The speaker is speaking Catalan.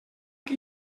que